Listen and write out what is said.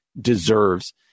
deserves